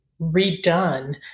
redone